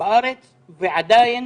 בארץ ועדיין